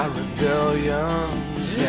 rebellions